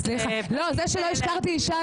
עכשיו את מזדהה איתה.